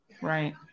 Right